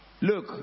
Look